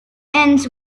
ends